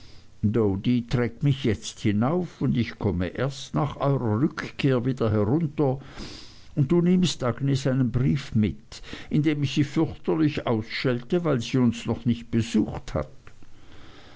doady trägt mich jetzt hinauf und ich komme erst nach eurer rückkehr wieder herunter und du nimmst agnes einen brief mit in dem ich sie fürchterlich ausschelte weil sie uns noch nicht besucht hat